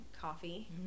coffee